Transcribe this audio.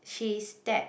she is step